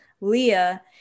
Leah